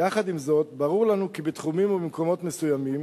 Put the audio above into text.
יחד עם זאת ברור לנו כי בתחומים ובמקומות מסוימים,